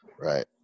Right